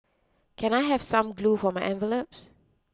can I have some glue for my envelopes